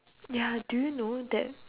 ya do you know that